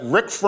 Rick